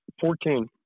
Fourteen